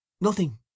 Nothing